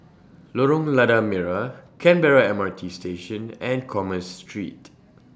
Lorong Lada Merah Canberra M R T Station and Commerce Street